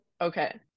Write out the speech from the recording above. okay